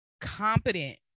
competent